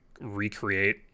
recreate